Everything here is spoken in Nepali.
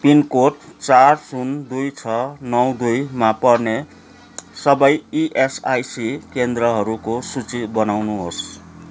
पिनकोड चार शून्य दुई छ नौ दुईमा पर्ने सबै इएसआइसी केन्द्रहरूको सूची बनाउनुहोस्